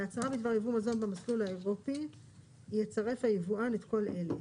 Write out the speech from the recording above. להצהרה בדבר יבוא מזון במסלול האירופי יצרף היבואן את כל אלה.